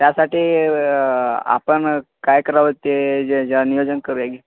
त्यासाठी आपण काय करावं ते नियोजन करूया की